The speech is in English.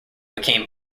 became